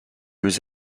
was